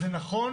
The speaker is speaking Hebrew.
זה נכון